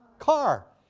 car,